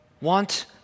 want